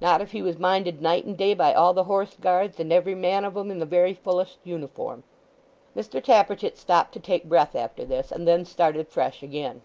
not if he was minded night and day by all the horse guards, and every man of em in the very fullest uniform mr tappertit stopped to take breath after this, and then started fresh again.